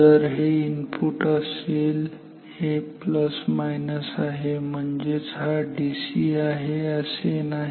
जर हे इनपुट असेल हे ± आहे म्हणजे हा डीसी आहे असे नाही